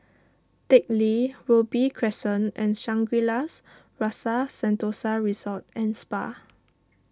Teck Lee Robey Crescent and Shangri La's Rasa Sentosa Resort and Spa